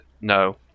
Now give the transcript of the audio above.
No